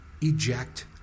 eject